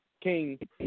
King